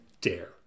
dare